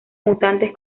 mutantes